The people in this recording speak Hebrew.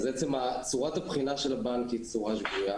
צורת הבחינה של הבנק שגויה.